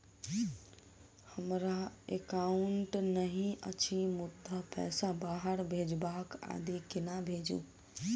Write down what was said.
हमरा एकाउन्ट नहि अछि मुदा पैसा बाहर भेजबाक आदि केना भेजू?